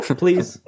please